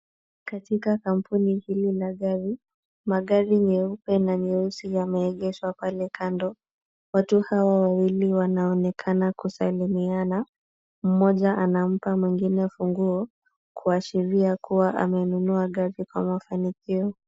Katika kampuni hili la gari, magari nyeupe na nyeusi yameegeshwa pale kando. Watu hawa wawili wanaonekana kusalimiana, mmoja anampa mwingine funguo, kuashiria kuwa amenunua gari kwa mafanikio.